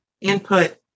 input